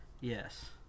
yes